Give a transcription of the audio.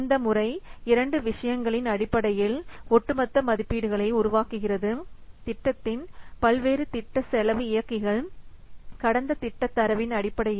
இந்த முறை இரண்டு விஷயங்களின் அடிப்படையில் ஒட்டுமொத்த மதிப்பீடுகளை உருவாக்குகிறதுதிட்டத்தின் பல்வேறு திட்ட செலவு இயக்கிகள் கடந்த திட்டத் தரவின் அடிப்படையில்